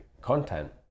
content